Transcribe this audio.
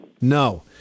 No